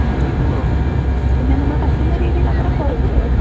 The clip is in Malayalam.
ഉം ഉം പിന്നെ നമ്മൾ പറ്റുന്ന രീതിയിൽ അന്നേരം കുറച്ച് തരും